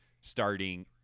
starting